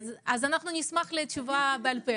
נשמח לתשובה בעל פה.